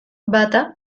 bata